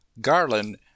Garland